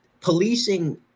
policing